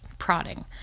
prodding